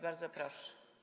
Bardzo proszę.